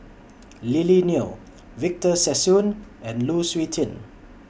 Lily Neo Victor Sassoon and Lu Suitin